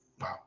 Wow